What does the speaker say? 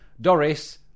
Doris